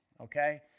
okay